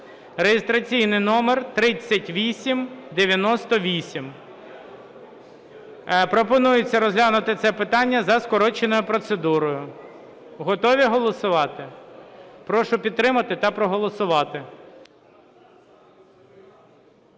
(реєстраційний номер 3898). Пропонується розглянути це питання за скороченою процедурою. Готові голосувати? Прошу підтримати та проголосувати.